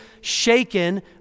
shaken